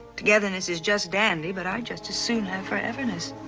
togetherness is just dandy, but i'd just as soon have foreverness.